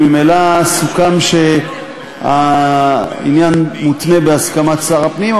וממילא סוכם שהעניין מותנה בהסכמת שר הפנים,